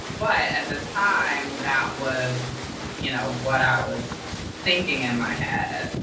but at the time, that was you know what i was thinking in my head.